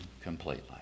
completely